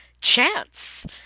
Chance